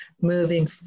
moving